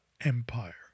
empire